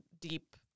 deep